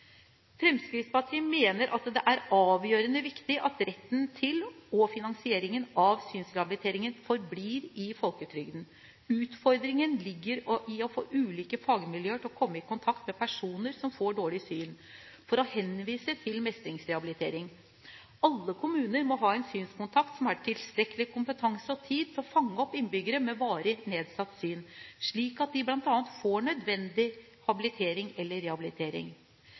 Fremskrittspartiet mener at det er avgjørende viktig at retten til og finansieringen av synsrehabiliteringen forblir i folketrygden. Utfordringen ligger i å få ulike fagmiljøer til å komme i kontakt med personer som får dårlig syn, for å henvise til mestringsrehabilitering. Alle kommuner må ha en synskontakt som har tilstrekkelig kompetanse og tid til å fange opp innbyggere med varig nedsatt syn, slik at de bl.a. får nødvendig habilitering eller rehabilitering.